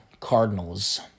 Cardinals